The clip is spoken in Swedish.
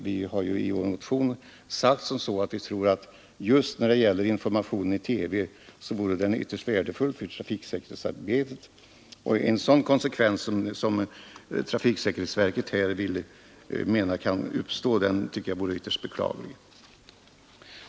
Vi har ju i vår motion sagt att just information i TV är ytterst värdefull för trafiksäkerhetsarbetet. Den konsekvens som enligt trafiksäkerhetsverket här kommer att uppstå är synnerligen beklaglig.